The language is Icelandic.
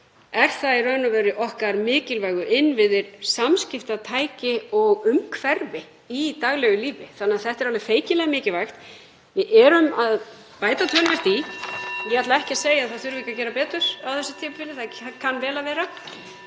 er það í raun og veru okkar mikilvægu innviðir, samskiptatæki og umhverfi í daglegu lífi þannig að þetta er alveg feikilega mikilvægt. Við erum að bæta töluvert í. (Forseti hringir.) Ég ætla ekki að segja að ekki þurfi að gera betur á þessu tímabili, það kann vel að vera.